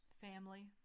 Family